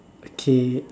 okay